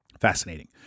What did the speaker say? Fascinating